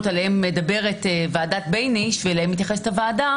עליהן מדברת ועדת בייניש ואליהן מתייחסת הוועדה,